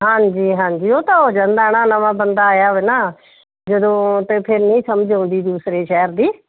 ਹਾਂਜੀ ਹਾਂਜੀ ਉਹ ਤਾਂ ਹੋ ਜਾਂਦਾ ਨਾ ਨਵਾਂ ਬੰਦਾ ਆਇਆ ਹੋਵੇ ਨਾ ਜਦੋਂ ਤਾਂ ਫਿਰ ਨਹੀਂ ਸਮਝ ਆਉਂਦੀ ਦੂਸਰੇ ਸ਼ਹਿਰ ਦੀ